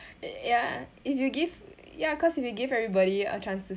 ya if you give ya cause if you give everybody a chance to